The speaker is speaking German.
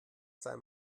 sei